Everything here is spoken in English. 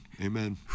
Amen